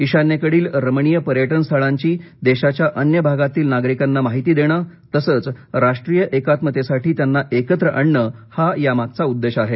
ईशान्येकडील रमणीय पर्यटनस्थळांची देशाच्या अन्य भागातील नागरिकांना माहिती देणं तसंच राष्ट्रीय एकात्मकतेसाठी त्यांना एकत्र आणणं हा यामागचा उद्देश आहे